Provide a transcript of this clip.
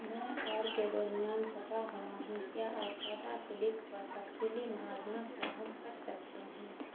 میں اور کے درمیان بٹا ہوا ہوں کیا آپ ٹاٹا کلک پر تفصیلی موازنہ فراہم کر سکتے ہیں